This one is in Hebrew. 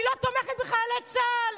אני לא תומכת בחיילי צה"ל.